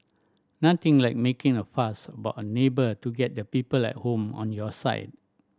nothing like making a fuss about a neighbour to get the people at home on your side